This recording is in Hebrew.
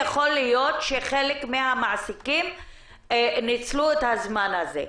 יכול להיות שחלק מהמעסיקים ניצלו את הזמן הזה.